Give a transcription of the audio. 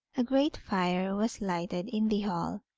a great fire was lighted in the hall,